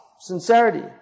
sincerity